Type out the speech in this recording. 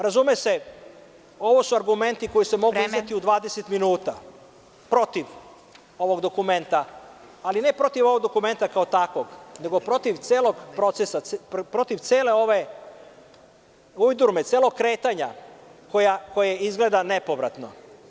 Razume se, ovo su argumenti koji se mogu izneti u 20 minuta, protiv ovog dokumenta, ali ne protiv ovog dokumenta kao takvog, nego protiv celog procesa, protiv cele ove ujdurme, celog kretanja koje izgleda nepovratno.